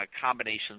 combinations